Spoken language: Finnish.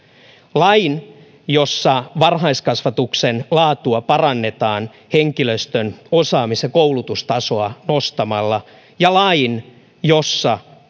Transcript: lain jossa varhaiskasvatuksen laatua parannetaan henkilöstön osaamis ja koulutustasoa nostamalla ja lain jossa